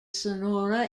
sonora